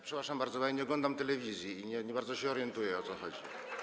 Przepraszam bardzo, ale ja nie oglądam telewizji i nie bardzo się orientuję, o co chodzi.